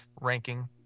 ranking